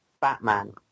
Batman